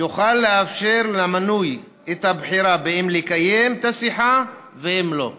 יוכל לאפשר למנוי את הבחירה אם לקיים את השיחה ואם לא.